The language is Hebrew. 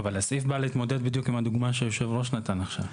הסעיף בא להתמודד בדיוק עם הדוגמה שהיושב-ראש נתן עכשיו.